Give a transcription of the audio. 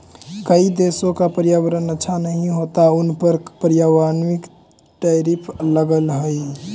कई देशों का पर्यावरण अच्छा नहीं होता उन पर पर्यावरणिक टैरिफ लगअ हई